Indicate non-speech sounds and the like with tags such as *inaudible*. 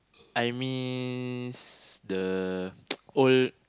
I miss the *noise* old